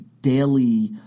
daily